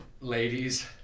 ladies